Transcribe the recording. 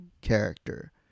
character